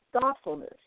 thoughtfulness